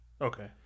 okay